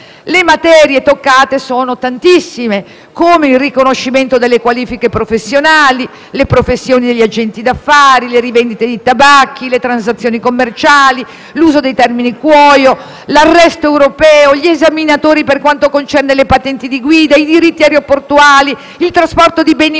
letture - tocca tantissime materie, quale il riconoscimento delle qualifiche professionali, le professioni degli agenti d'affari, le rivendite di tabacchi, le transazioni commerciali, l'uso del termine "cuoio", l'arresto europeo, gli esaminatori per quanto concerne le patenti di guida, i diritti aeroportuali, il trasporto di beni in